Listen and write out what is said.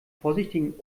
vorsichtigen